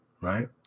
right